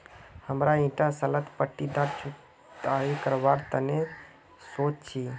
हमरा ईटा सालत पट्टीदार जुताई करवार तने सोच छी